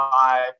five